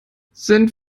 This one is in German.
sind